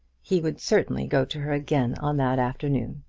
he would certainly go to her again on that afternoon.